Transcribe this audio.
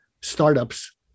startups